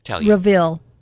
reveal